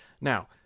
Now